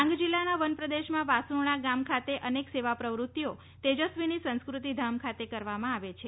ડાંગ જિલ્લાના વનપ્રદેશમાં વાસુરણા ગામ ખાતે અનેક સેવા પ્રવૃત્તિઓ તેજસ્વિની સંસ્કૃતિ ધામ ખાતે કરવામાં આવે છે